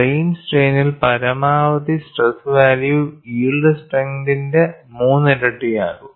plain സ്ട്രെയിനിൽ പരമാവധി stress value yield സ്ട്രെങ്ത്ൻറെ മൂന്നിരട്ടിയായിരിക്കും